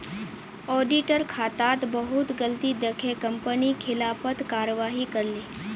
auditor खातात बहुत गलती दखे कंपनी खिलाफत कारवाही करले